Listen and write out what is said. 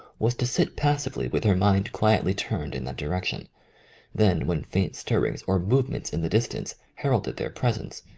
was to sit passively with her mind quietly turned in that direction then, when faint stirrings or movements in the distance heralded their presence,